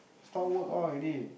store work all already